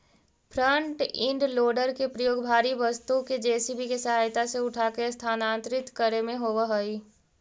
front end loader के प्रयोग भारी वस्तु के जे.सी.बी के सहायता से उठाके स्थानांतरित करे में होवऽ हई